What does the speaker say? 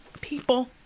people